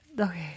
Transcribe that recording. okay